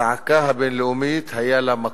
הזעקה הבין-לאומית, היה לה מקום.